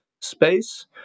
space